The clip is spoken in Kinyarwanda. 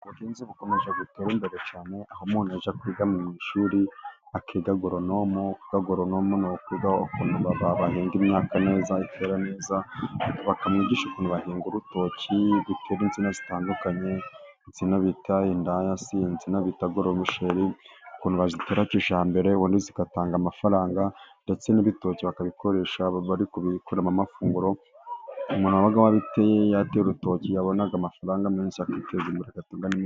Ubuhinzi bukomeje gutera imbere cyane, aho umuntu ajya kwiga mu ishuri akiga agoronomi; agoronomi ni ukuvuga ukuntu bi ba indi imyaka neza ikera neza bakamwigisha, ukuntu bahinga urutoki rukera insina zitandukanye, insina bita indaya, insina bita goromisheri ku bazitera kijyambere ubundi zigatanga amafaranga ndetse n' ibitoki bakabikoresha bari kubikuramo amafunguro, umuntu waba wateye urutoki yabona, amafaranga menshi akiteza imbere.